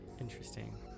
Interesting